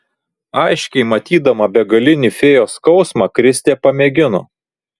aiškiai matydama begalinį fėjos skausmą kristė pamėgino